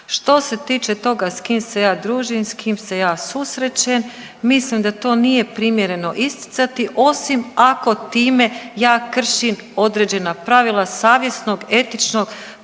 Što se tiče toga s kim se ja družim, s kim se ja susrećem, mislim da to nije primjereno isticati osim ako time ja kršim određena pravila savjesnog, etičnog